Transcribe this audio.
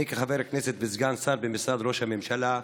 אני, חבר כנסת וסגן שר במשרד ראש הממשלה,